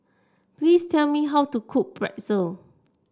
please tell me how to cook Pretzel